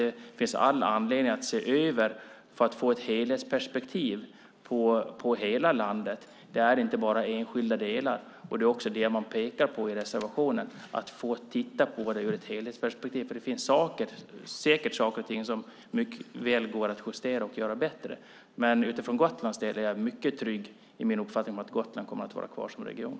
Det finns all anledning att se över detta för att få ett helhetsperspektiv på hela landet. Det är inte bara enskilda delar. Det är också det man pekar på i reservationen, att få titta på det ur ett helhetsperspektiv. Det finns säkert saker som går att justera och göra bättre, men för Gotlands del är jag mycket trygg i min uppfattning att Gotland kommer att vara kvar som region.